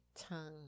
tongue